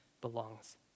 belongs